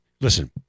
listen